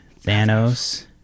Thanos